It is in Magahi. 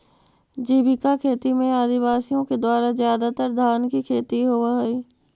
जीविका खेती में आदिवासियों के द्वारा ज्यादातर धान की खेती होव हई